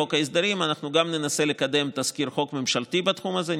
חוק ההסדרים אנחנו גם ננסה לקדם תזכיר חוק ממשלתי בתחום הזה.